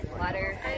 Water